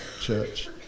church